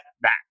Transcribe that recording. back